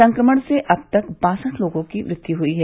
संक्रमण से अब तक बासठ लोगों की मृत्यु हुई है